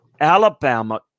Alabama